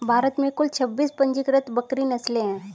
भारत में कुल छब्बीस पंजीकृत बकरी नस्लें हैं